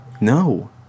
No